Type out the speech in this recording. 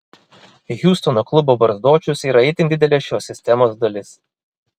hjustono klubo barzdočius yra itin didelė šios sistemos dalis